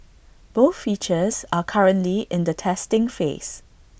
both features are currently in the testing phase